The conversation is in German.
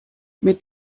mit